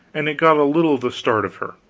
and it got a little the start of her.